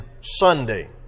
Sunday